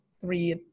three